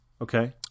Okay